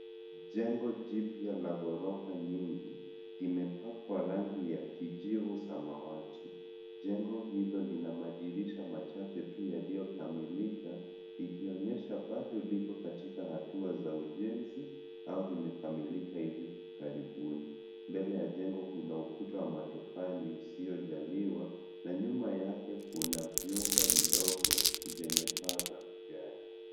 Jengo jipya la ghorofa nyingi, zimepakwa rangi ya kijivu samawati. Jengo hilo lina madirisha machache tu yaliyokamilika, ikionyesha bado liko katika hatua za ujenzi, au limekamilika hivi karibuni. Mbele ya jengo kuna ukuta wa matofali usiojaliwa, na nyuma yake kuna vyumba vidogo, zenye paa za vigae.